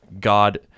God